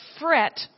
fret